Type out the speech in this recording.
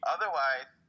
Otherwise